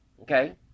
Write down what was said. Okay